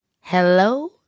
Hello